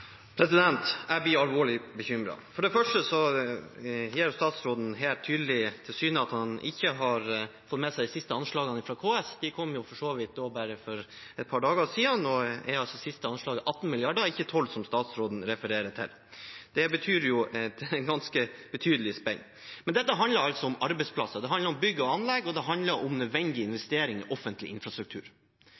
Jeg blir alvorlig bekymret. Statsråden gir her helt tydelig til kjenne at han ikke har fått med seg de siste anslagene fra KS. De kom jo for så vidt for bare et par dager siden. Det siste anslaget er 18 mrd. kr, ikke 12 mrd. kr, som statsråden refererer til. Det er jo et ganske betydelig spenn. Dette handler altså om arbeidsplasser. Det handler om bygg og anlegg, og det handler om nødvendige investeringer i offentlig infrastruktur.